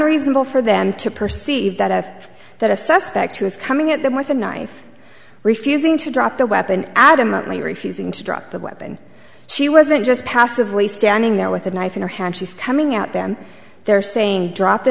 unreasonable for them to perceive that i have that a suspect who is coming at them with a knife refusing to drop the weapon adamantly refusing to drop the weapon she wasn't just passively standing there with a knife in her hand she's coming out them they're saying drop